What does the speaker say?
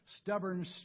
stubborn